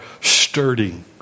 sturdy